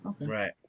right